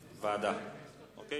ועדה, אוקיי.